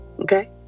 okay